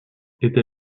était